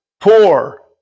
poor